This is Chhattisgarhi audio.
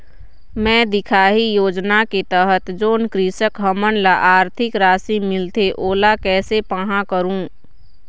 मैं दिखाही योजना के तहत जोन कृषक हमन ला आरथिक राशि मिलथे ओला कैसे पाहां करूं?